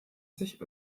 sich